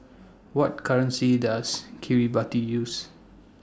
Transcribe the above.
What currency Does Kiribati use